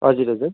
हजुर हजुर